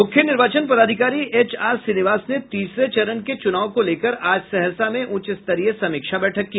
मुख्य निर्वाचन पदाधिकारी एच आर श्रीनिवास ने तीसरे चरण के चुनाव को लेकर आज सहरसा में उच्च स्तरीय समीक्षा बैठक की